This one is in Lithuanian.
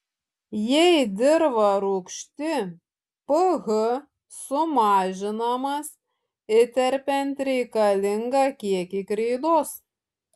jei dirva rūgšti ph sumažinamas įterpiant reikalingą kiekį kreidos